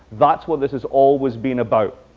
that's what this has always been about.